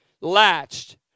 latched